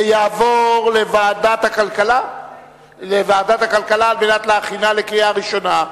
ותעבור לוועדת הכלכלה על מנת להכינה לקריאה ראשונה.